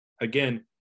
again